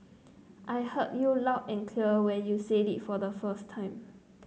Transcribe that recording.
I heard you loud and clear when you said it the first time